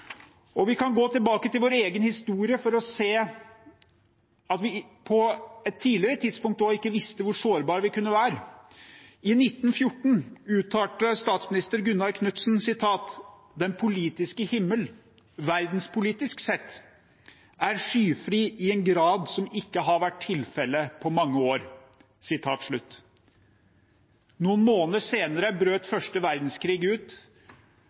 Vi kan gå tilbake og se på vår egen historie på et tidligere tidspunkt da vi ikke visste hvor sårbare vi kunne være. I 1914 uttalte statsminister Gunnar Knudsen: «Den politiske himmel, verdenspolitisk sett, er skyfri i en grad som ikke har vært tilfellet på mange år.» Noen måneder senere brøt første verdenskrig ut